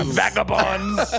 vagabonds